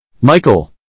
Michael